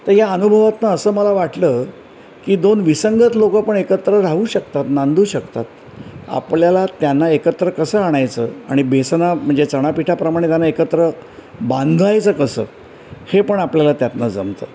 तर या अनुभवातनं असं मला वाटलं की दोन विसंगत लोकं पण एकत्र राहू शकतात नांदू शकतात आपल्याला त्यांना एकत्र कसं आणायचं आणि बेसना म्हणजे चणापिठाप्रमाणे त्यांना एकत्र बांधायचं कसं हे पण आपल्याला त्यातनं जमतं